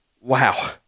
Wow